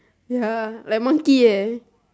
ya like monkey leh